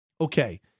okay